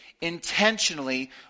intentionally